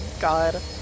god